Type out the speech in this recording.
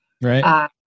Right